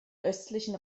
östlichen